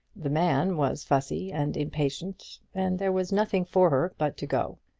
the man was fussy and impatient and there was nothing for her but to go.